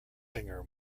singer